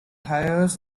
hires